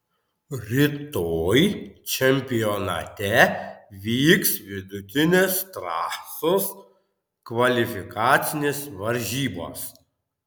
rytoj čempionate vyks vidutinės trasos kvalifikacinės varžybos